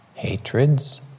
Hatreds